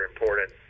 important